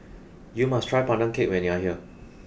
you must try Pandan Cake when you are here